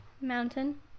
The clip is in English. Mountain